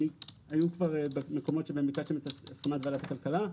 היו מקומות שבהם ביקשתם את הסכמת ועדת הכלכלה.